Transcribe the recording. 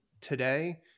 today